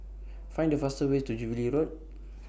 Find The fastest Way to Jubilee Road